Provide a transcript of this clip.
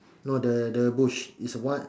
no the the bush is one